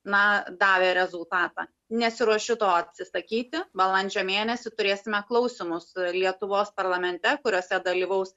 na davė rezultatą nesiruošiu to atsisakyti balandžio mėnesį turėsime klausymus lietuvos parlamente kuriuose dalyvaus